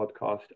podcast